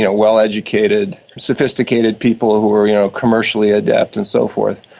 ah well-educated, sophisticated people who were you know commercially adept and so forth.